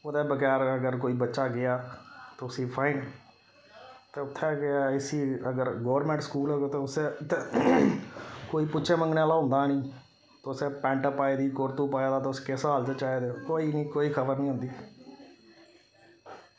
ओह्दे बगैर अगर कोई बच्चा गेआ ते उस्सी फाईन ते उत्थै गै इस्सी अगर गौरमेंट स्कूल होग ते उस्सै ते कोई पुच्छे मंगनें आह्ला होंदा निं तुसें पैंट पाई दी कुरतू पाए दा तुस किस हालत च आए दे ओ कोई निं कोई खबर निं होंदी